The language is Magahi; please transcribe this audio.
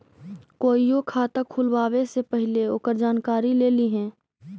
कोईओ खाता खुलवावे से पहिले ओकर जानकारी ले लिहें